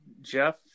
Jeff